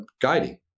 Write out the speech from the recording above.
guiding